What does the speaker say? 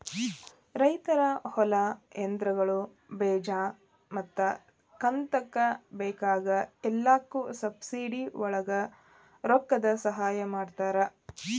ರೈತರ ಹೊಲಾ, ಯಂತ್ರಗಳು, ಬೇಜಾ ಮತ್ತ ಕಂತಕ್ಕ ಬೇಕಾಗ ಎಲ್ಲಾಕು ಸಬ್ಸಿಡಿವಳಗ ರೊಕ್ಕದ ಸಹಾಯ ಮಾಡತಾರ